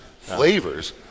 flavors